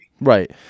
Right